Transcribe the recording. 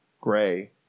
Gray